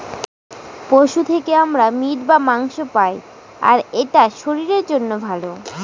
পশু থেকে আমরা মিট বা মাংস পায়, আর এটা শরীরের জন্য ভালো